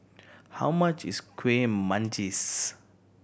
how much is Kueh Manggis